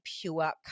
pure